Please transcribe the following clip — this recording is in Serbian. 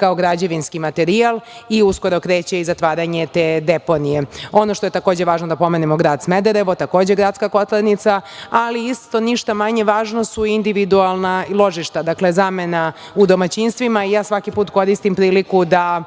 kao građevinski materijal i uskoro kreće i zatvaranje te deponije. Ono što je takođe važno da pomenemo, grad Smederevo, takođe gradska kotlarnica, ali isto ništa manje važno su individualna ložišta. Dakle, zamena u domaćinstvima. Ja svaki put koristim priliku da